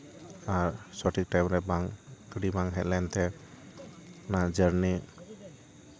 ᱟᱨ ᱥᱚᱴᱷᱤᱠ ᱴᱟᱭᱤᱢ ᱨᱮ ᱵᱟᱝ ᱜᱟᱹᱰᱤ ᱵᱟᱝ ᱦᱮᱡ ᱞᱮᱱ ᱛᱮ ᱚᱱᱟ ᱡᱟᱨᱱᱤ